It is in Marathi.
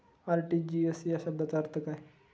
आर.टी.जी.एस या शब्दाचा अर्थ काय?